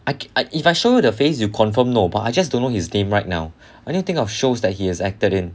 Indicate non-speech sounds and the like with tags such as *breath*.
I I if I show you the face you confirm know but I just don't know his name right now *breath* I need to think of shows he has acted in